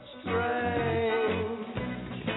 strange